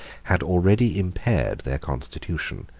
had already impaired their constitution,